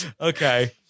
Okay